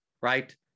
right